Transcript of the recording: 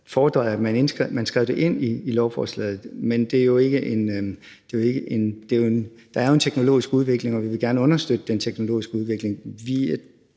at man skrev det ind i lovforslaget. Men der er jo en teknologisk udvikling, og vi vil gerne understøtte den teknologiske udvikling.